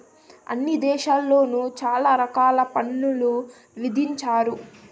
అన్ని దేశాల్లోను చాలా రకాల పన్నులు విధించారు